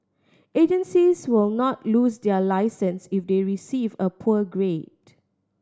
agencies will not lose their licence if they receive a poor grade